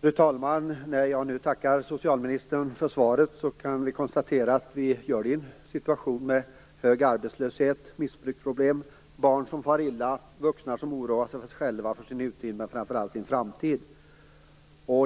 Fru talman! När jag nu tackar socialministern för svaret kan vi konstatera att jag gör det i en situation med hög arbetslöshet, missbruksproblem, barn som far illa, vuxna som oroar sig för sig själva, för sin nutid och framför allt för sin framtid.